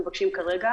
אותם.